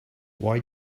why